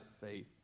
faith